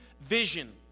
vision